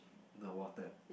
the water